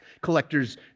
collectors